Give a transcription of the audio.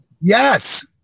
Yes